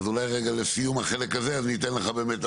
אז אולי רגע לסיום החלק הזה אני אתן לך באמת,